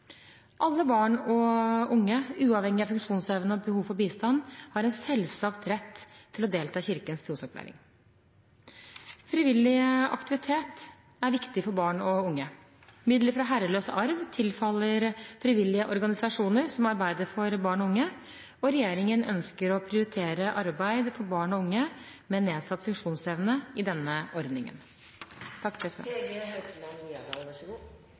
Alle barn og unge, uavhengig av funksjonsevne og behov for bistand, har en selvsagt rett til å delta i Kirkens trosopplæring. Frivillig aktivitet er viktig for barn og unge. Midler fra herreløs arv tilfaller frivillige organisasjoner som arbeider for barn og unge, og regjeringen ønsker å prioritere arbeid for barn og unge med nedsatt funksjonsevne i denne ordningen.